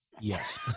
Yes